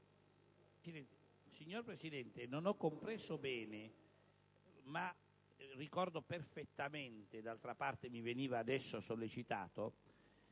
Signor Presidente, non ho compreso bene, ma ricordo perfettamente - d'altra parte mi veniva adesso sollecitato